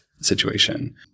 situation